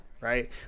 right